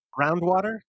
groundwater